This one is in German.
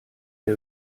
der